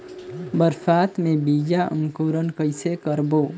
बरसात मे बीजा अंकुरण कइसे करबो?